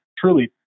truly